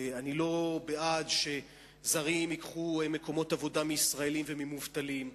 ואני לא בעד שזרים ייקחו מקומות עבודה מישראלים וממובטלים,